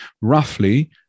roughly